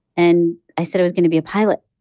and i said i was going to be a pilot.